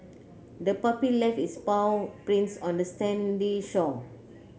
the puppy left its paw prints on the sandy shore